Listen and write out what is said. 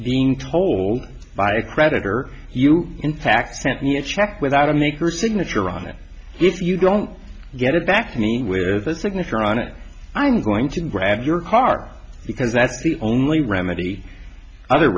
being told by a creditor you in fact sent me a check without a make or signature on it if you don't get it back to me with a signature on it i'm going to grab your car because that's the only remedy other